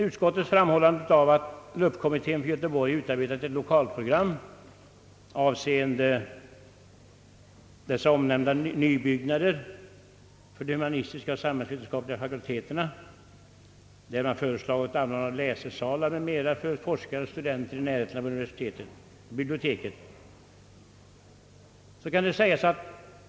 Utskottet framhåller att LUP-kommittén för Göteborg har utarbetat ett lokalprogram avseende i huvudsak nybyggnader för de humanistiska och samhällsvetenskapliga fakulteterna. I programmet föreslås anordnande av läsesalar m. m, för forskare och studenter i byggnader i närheten av biblioteket.